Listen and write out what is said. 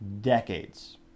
decades